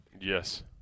Yes